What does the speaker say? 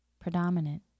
predominant